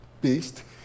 beast